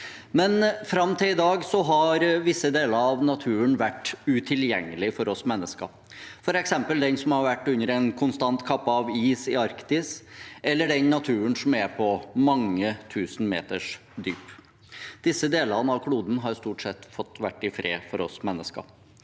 Fram til i dag har visse deler av naturen vært utilgjengelig for oss mennesker, f.eks. den som har vært under en konstant kappe av is i Arktis, eller den naturen som er på mange tusen meters dyp. Disse delene av kloden har stort sett fått være i fred for oss mennesker,